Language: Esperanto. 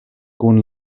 kun